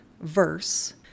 verse